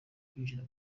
kwinjira